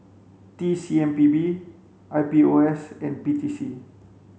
T C M P B I P O S and P T C